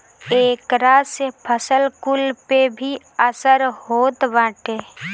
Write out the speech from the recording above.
एकरा से फसल कुल पे भी असर होत बाटे